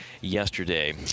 yesterday